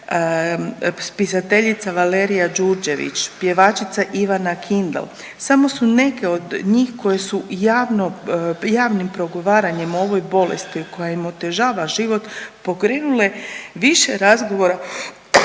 spisateljica Valerija Đurđević, pjevačica Ivana Kindl, samo su neke od njih koje su javno, javnim progovaranjem o ovoj bolesti koja im otežava život pokrenule više razgovora